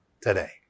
today